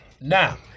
Now